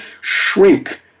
shrink